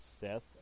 Seth